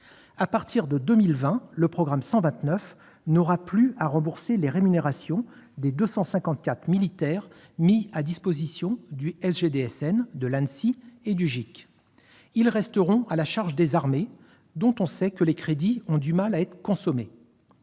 À partir de 2020, le programme 129 n'aura plus à rembourser les rémunérations des 255 militaires mis à disposition du SGDSN, de l'Anssi et du GIC. Ils resteront à la charge des armées, dont on sait que les crédits ont du mal à être consommés.